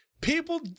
people